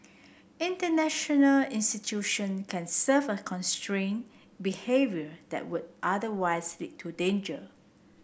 international institution can serve a constrain behaviour that would otherwise lead to danger